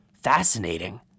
fascinating